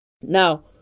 Now